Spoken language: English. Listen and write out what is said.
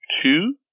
two